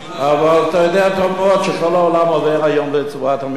אבל אתה יודע טוב מאוד שכל העולם עובר היום לצורת המכרזים.